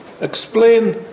explain